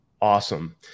Awesome